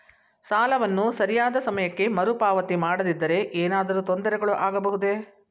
ಸಾಲವನ್ನು ಸರಿಯಾದ ಸಮಯಕ್ಕೆ ಮರುಪಾವತಿ ಮಾಡದಿದ್ದರೆ ಏನಾದರೂ ತೊಂದರೆಗಳು ಆಗಬಹುದೇ?